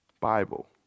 Bible